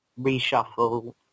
reshuffle